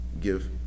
give